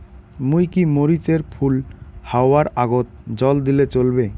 মুই কি মরিচ এর ফুল হাওয়ার আগত জল দিলে চলবে?